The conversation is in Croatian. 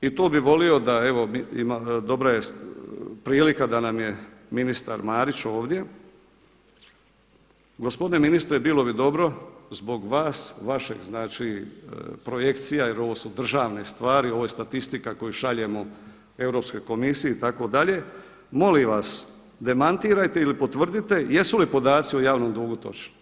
i tu bi volio evo dobra je prilika da nam je ministar Marić ovdje, gospodine ministre bilo bi dobro zbog vas, vaših projekcija jer ovo su državne stvari ovo je statistika koju šaljemo Europskoj komisiji itd. molim vas demantirajte ili potvrdite jesu li podaci o javnom dugu točni?